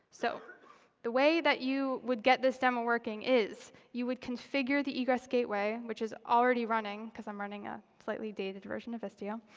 so the way that you would get this demo working is you would configure the egress gateway, which is already running because i'm running a slightly dated version of istio.